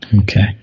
Okay